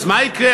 אז מה יקרה?